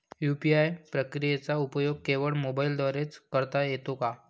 UPI प्रक्रियेचा उपयोग केवळ मोबाईलद्वारे च करता येतो का?